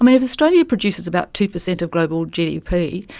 um and if australia produces about two percent of global gdp,